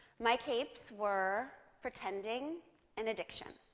my capes were pretending and addiction.